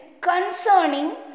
concerning